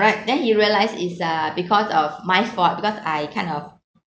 ~rect then he realised it's uh because of my fault because I kind of